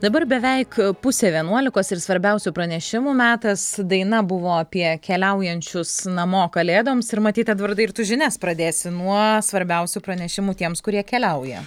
dabar beveik pusė vienuolikos ir svarbiausių pranešimų metas daina buvo apie keliaujančius namo kalėdoms ir matyt edvardai ir tu žinias pradėsi nuo svarbiausių pranešimų tiems kurie keliauja